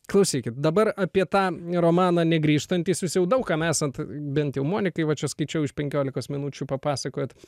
klausykit dabar apie tą romaną negrįžtantys jūs jau daug kam esat bent jau monikai va čia skaičiau iš penkiolikos minučių papasakojot